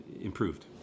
improved